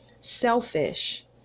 selfish